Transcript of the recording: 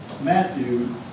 Matthew